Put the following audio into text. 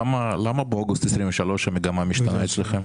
למה באוגוסט 2023 המגמה משתנה?